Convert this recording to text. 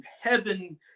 heaven